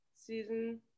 season